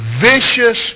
vicious